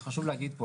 וחשוב להגיד פה,